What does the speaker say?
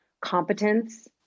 competence